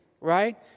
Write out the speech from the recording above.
right